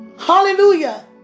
Hallelujah